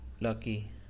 lucky